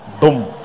Boom